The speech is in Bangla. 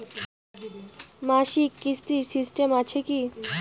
মাসিক কিস্তির সিস্টেম আছে কি?